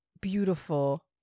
beautiful